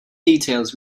details